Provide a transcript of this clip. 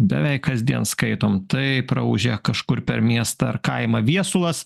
beveik kasdien skaitom tai praūžė kažkur per miestą ar kaimą viesulas